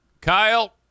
Kyle